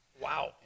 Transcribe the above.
Wow